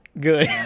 good